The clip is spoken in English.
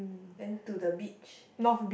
then to the beach